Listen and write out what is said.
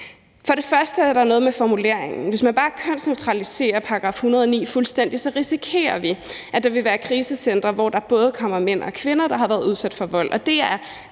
og fremmest er der noget med formuleringen. Hvis man bare kønsneutraliserer § 109 fuldstændig, risikerer vi, at der vil være krisecentre, hvor der både kommer mænd og kvinder, der har været udsat for vold. Og det er,